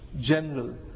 general